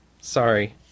Sorry